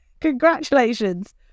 Congratulations